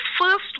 first